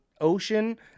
ocean